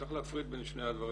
צריך להפריד בין שני הדברים,